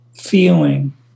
feeling